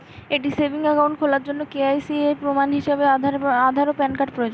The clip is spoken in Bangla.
একটি সেভিংস অ্যাকাউন্ট খোলার জন্য কে.ওয়াই.সি এর প্রমাণ হিসাবে আধার ও প্যান কার্ড প্রয়োজন